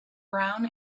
brown